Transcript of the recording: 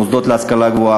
מוסדות להשכלה גבוהה,